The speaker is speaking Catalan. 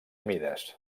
mides